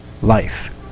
Life